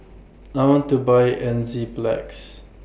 I want to Buy Enzyplex